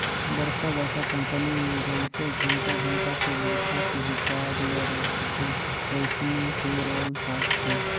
बड़खा बड़खा कंपनी मे जइसे घंटा घंटा के बूता के हिसाब ले राखथे वइसने पे रोल राखथे